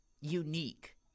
unique